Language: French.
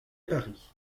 paris